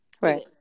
Right